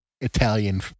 Italian